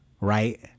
Right